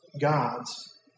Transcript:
God's